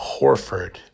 Horford